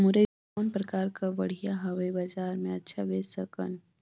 मुरई कौन प्रकार कर बढ़िया हवय? बजार मे अच्छा बेच सकन